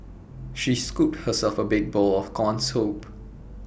she scooped herself A big bowl of Corn Soup